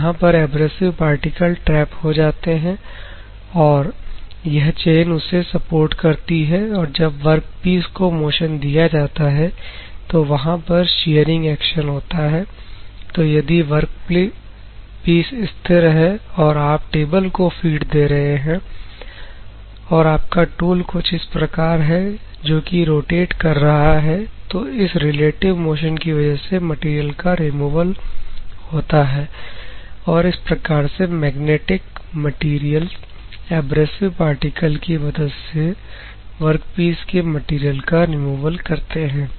तो यहां पर एब्रेसिव पार्टिकल ट्रैप हो जाते हैं और यह चैन उसे सपोर्ट करती है और जब वर्कपीस को मोशन दिया जाता है तो वहां पर शेयरिंग एक्शन होता है तो यदि वर्कप्लेस स्थिर है और आप टेबल को फीड दे रहे हैं और आपका टूल कुछ इस प्रकार है जो कि रोटेट कर रहा है तो इस रिलेटिव मोशन की वजह से मटेरियल का रिमूवल होता है और इस प्रकार से मैग्नेटिक मैटेरियल एब्रेसिव पार्टिकल की मदद से वर्कपीस के मटेरियल का रिमूवल करते हैं